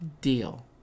Deal